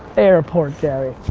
airport gary.